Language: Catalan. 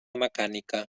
mecànica